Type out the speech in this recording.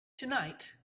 tonight